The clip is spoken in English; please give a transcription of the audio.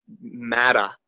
matter